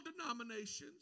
denominations